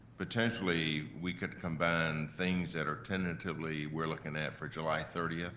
potentially we could combine things that are tentatively we're looking at for july thirty,